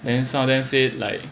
then some of them said like